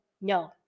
No